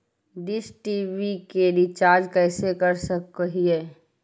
Dish TV के recharge कैसे कर सक हिय?